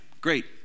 Great